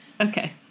Okay